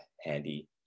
handy